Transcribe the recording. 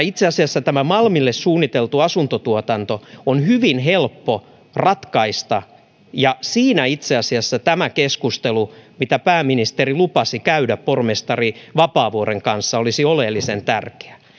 itse asiassa tämä malmille suunniteltu asuntotuotanto on hyvin helppo ratkaista ja siinä itse asiassa tämä keskustelu mitä pääministeri lupasi käydä pormestari vapaavuoren kanssa olisi oleellisen tärkeää